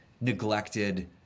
neglected